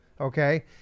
okay